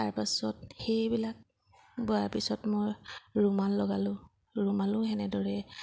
তাৰপাছত সেইবিলাক বোৱাৰ পিছত মই ৰুমাল লগালোঁ ৰুমালো সেনেদৰে